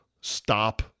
stop